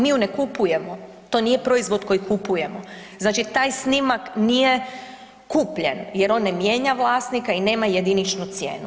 Mi ju ne kupujemo, to nije proizvod koji kupujemo, znači taj snimak nije kupljen jer on ne mijenja vlasnika i nema jediničnu cijenu.